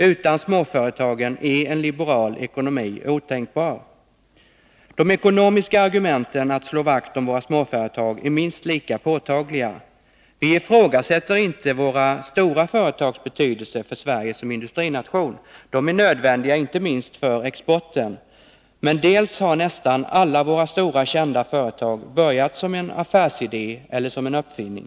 Utan småföretagen är en liberal ekonomi otänkbar. De ekonomiska argumenten att slå vakt om våra småföretag är minst lika påtagliga. Vi ifrågasätter inte våra stora företags betydelse för Sverige som industrination. De är nödvändiga, inte minst för exporten. Men för det första har nästan alla våra stora kända företag börjat som en affärsidé eller en uppfinning.